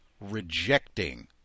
rejecting